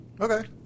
Okay